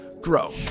grow